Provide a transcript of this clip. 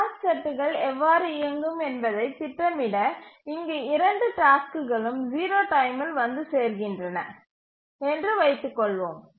task செட்டுகள் எவ்வாறு இயங்கும் என்பதைத் திட்டமிட இங்கு இரண்டு டாஸ்க்குகளும் 0 டைமில் வந்து சேர்கின்றன என்று வைத்துக் கொள்வோம்